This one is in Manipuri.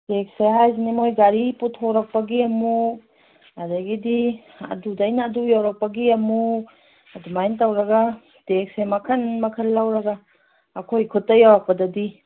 ꯇꯦꯛꯁꯇ ꯍꯥꯏꯁꯤꯅ ꯃꯣꯏ ꯒꯥꯔꯤ ꯄꯨꯊꯣꯔꯛꯄꯒꯤ ꯑꯃꯨꯛ ꯑꯗꯒꯤꯗꯤ ꯑꯗꯨꯗꯩꯅ ꯑꯗꯨ ꯌꯧꯔꯛꯄꯒꯤ ꯑꯃꯨꯛ ꯑꯗꯨꯃꯥꯏꯅ ꯇꯧꯔꯒ ꯇꯦꯛꯁꯁꯦ ꯃꯈꯟ ꯃꯈꯟ ꯂꯧꯔꯒ ꯑꯩꯈꯣꯏ ꯈꯨꯠꯇ ꯌꯧꯔꯛꯄꯗꯗꯤ